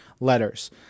letters